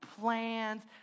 plans